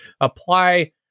apply